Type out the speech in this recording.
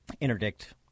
interdict